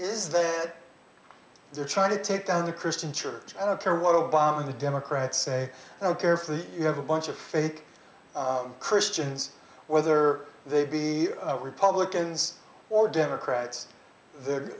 is that they're trying to take down the christian church i don't care what obama or the democrats say they don't care for the you have a bunch of fake christians whether they be republicans or democrats they're